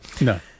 No